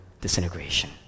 disintegration